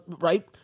Right